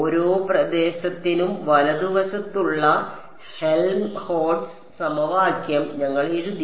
ഓരോ പ്രദേശത്തിനും വലതുവശത്തുള്ള ഹെൽംഹോൾട്ട്സ് സമവാക്യം ഞങ്ങൾ എഴുതി